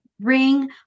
ring